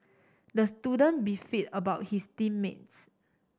the student beefed about his team mates